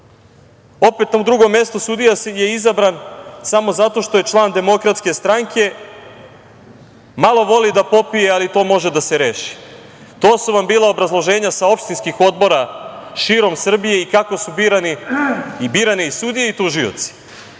Opet u tom drugom mestu sudija je izabran samo zato što je član DS, malo voli da popije, ali to može da se reši. To su vam bila obrazloženja sa opštinskih odbora širom Srbije i kako su birane i sudije i tužioci.